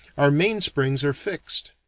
our main-springs are fixed,